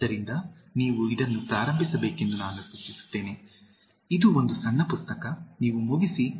ಆದ್ದರಿಂದ ನೀವು ಇದನ್ನು ಪ್ರಾರಂಭಿಸಬೇಕೆಂದು ನಾನು ಸೂಚಿಸುತ್ತೇನೆ ಇದು ಒಂದು ಸಣ್ಣ ಪುಸ್ತಕ ನೀವು ಮುಗಿಸಿ